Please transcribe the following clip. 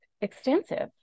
extensive